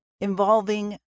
involving